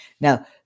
Now